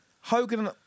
Hogan